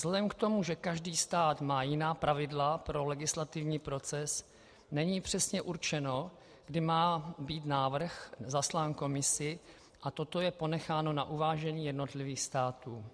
Vzhledem k tomu, že každý stát má jiná pravidla pro legislativní proces, není přesně určeno, kdy má být návrh zaslán Komisi, a toto je ponecháno na uvážení jednotlivých států.